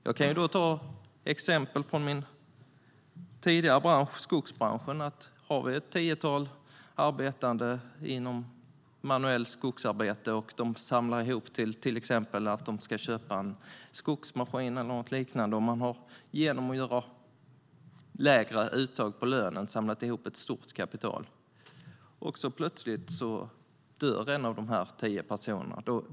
Jag kan ta ett exempel från min tidigare bransch, skogsbranschen. Det kanske är ett tiotal arbetande inom manuellt skogsarbete som samlar för att köpa en skogsmaskin eller något liknande. Genom att göra lägre uttag av lön har de samlat ihop ett stort kapital. Men plötsligt dör en av de tio personerna.